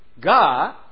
God